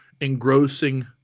engrossing